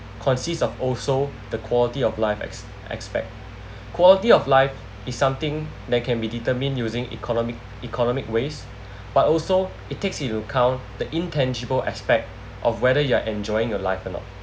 consists of also the quality of life as~ aspect quality of life is something that can be determined using economic economic waste but also it takes into account the intangible aspect of whether you're enjoying your life you know